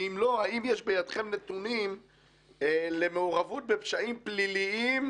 ואם לא האם יש בידכם נתונים למעורבות בפשעים פליליים